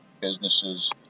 businesses